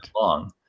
long